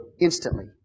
Instantly